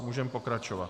Můžeme pokračovat.